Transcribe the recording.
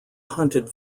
hunted